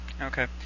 Okay